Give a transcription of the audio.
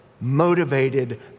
motivated